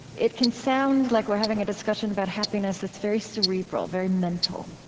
it can sound like we're having a discussion about happiness that's very cerebral, very mental.